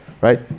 Right